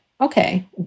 okay